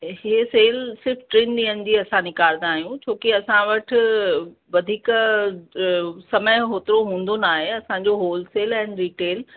इहा सेल सिर्फ़ु टिनि ॾींहनि जी असां निकारंदा आहियूं छोकी असां वठु वधीक समय होतिरो हूंदो न आहे असांजो होलसेल ऐं रीटेल